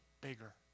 bigger